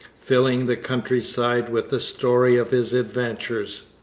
filling the countryside with the story of his adventures.